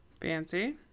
Fancy